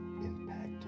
impact